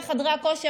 בנושא חדרי הכושר,